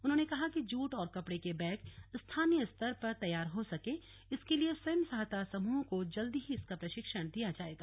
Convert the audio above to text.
उन्होंने कहा कि जूट और कपड़े के बैग स्थानीय स्तर पर तैयार हो सके इसके लिए स्वयं सहायता समूहों को जल्दी ही इसका प्रशिक्षण दिया जाएगा